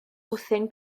bwthyn